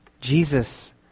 Jesus